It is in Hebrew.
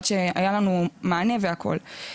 עד שהיה לנו מענה והכל.